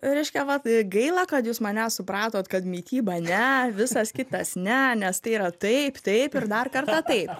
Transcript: reiškia vat gaila kad jus mane supratot kad mityba ne visas kitas ne nes tai yra taip taip ir dar kartą taip